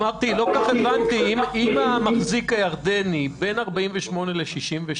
לא כל כך הבנתי אם המחזיק הירדני בין 1948 ל-1967,